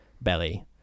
belly